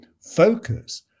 focus